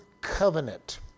covenant